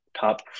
top